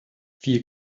vier